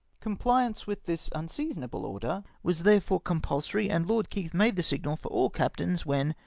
comphance with this unseasonable order was therefore compulsory, and lord keith made the signal for all captains, when,